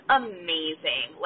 amazing